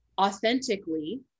authentically